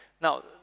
Now